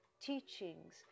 teachings